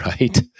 right